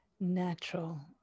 Natural